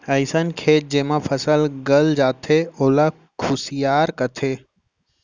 अइसन खेत जेमा फसल गल जाथे ओला खुसियार कथें